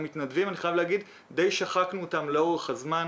אני חייב להגיד שדי שחקנו את המתנדבים לאורך זמן.